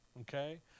Okay